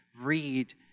read